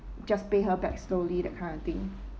just pay her back slowly that kind of thing